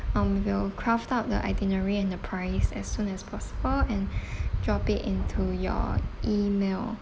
um we'll craft out the itinerary and the price as soon as possible and drop it into your email